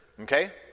okay